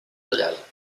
tallada